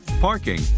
parking